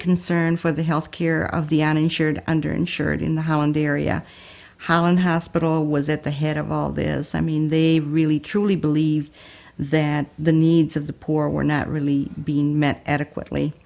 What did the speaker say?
concerned for the health care of the uninsured under insured in the how in the area how in hospital was at the head of all this i mean they really truly believe that the needs of the poor were not really being met adequately